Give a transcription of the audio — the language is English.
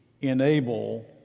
Enable